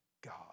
God